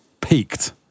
peaked